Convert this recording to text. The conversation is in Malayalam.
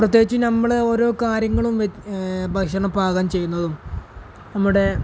പ്രത്യേകിച്ച് നമ്മുടെ ഓരോ കാര്യങ്ങളും ഭക്ഷണം പാകം ചെയ്യുന്നതും നമ്മുടെ